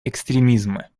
экстремизма